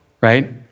right